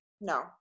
no